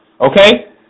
okay